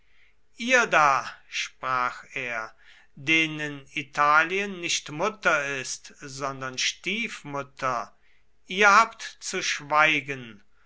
ihr da sprach er denen italien nicht mutter ist sondern stiefmutter ihr habt zu schweigen